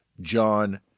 John